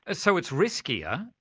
ah so it's riskier,